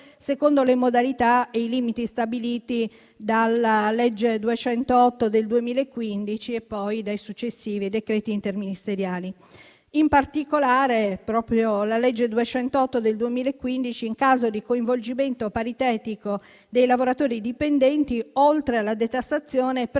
secondo le modalità e i limiti stabiliti dalla legge n. 208 del 2015 e dai successivi decreti interministeriali. In particolare, proprio la legge n. 208 del 2015, in caso di coinvolgimento paritetico dei lavoratori dipendenti, oltre alla detassazione